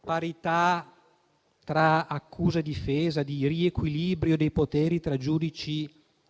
parità tra accusa e difesa e di riequilibrio dei poteri tra giudici